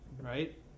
right